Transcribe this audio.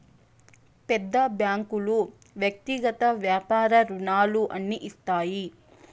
పెద్ద బ్యాంకులు వ్యక్తిగత వ్యాపార రుణాలు అన్ని ఇస్తాయి